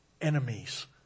enemies